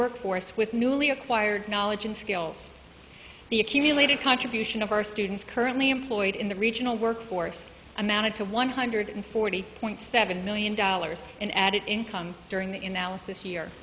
workforce with newly acquired knowledge and skills the accumulated contribution of our students currently employed in the regional work force amounted to one hundred forty point seven million dollars in added income during the in alice this year